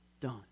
done